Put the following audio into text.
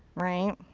right,